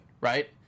Right